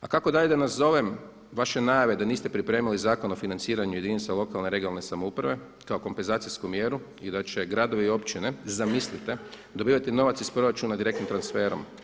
A kako dalje da nazovem vaše najave da niste pripremili Zakon o financiranju jedinica lokalne, regionalne samouprave kao kompenzacijsku mjeru i da će gradovi i općine zamislite dobivati novac iz proračuna direktnim transferom.